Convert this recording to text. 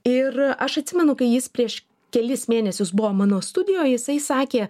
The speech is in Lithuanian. ir aš atsimenu kai jis prieš kelis mėnesius buvo mano studijoj jisai sakė